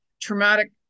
traumatic